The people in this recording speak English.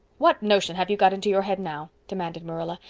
what notion have you got into your head now? demanded marilla.